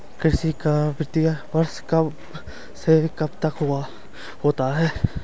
कृषि का वित्तीय वर्ष कब से कब तक होता है?